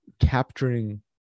capturing